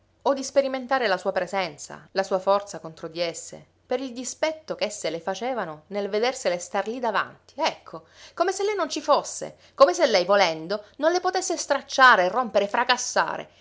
o di sperimentare la sua presenza la sua forza contro di esse per il dispetto ch'esse le facevano nel vedersele star lì davanti ecco come se lei non ci fosse come se lei volendo non le potesse stracciare rompere fracassare